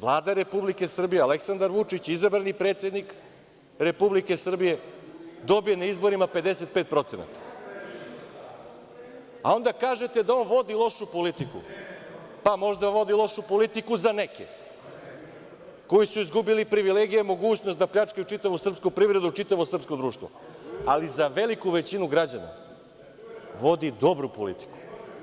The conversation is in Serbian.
Vlada Republike Srbije Aleksandar Vučić, izabrani predsednik Republike Srbije dobije na izborima 55%, a onda kažete da on vodi lošu politiku, pa možda vodi lošu politiku za neke koji su izgubili privilegije i mogućnost da pljačkaju čitavu srpsku privredu, čitavo srpsko društvo, ali za veliku većinu građana vodi dobru politiku.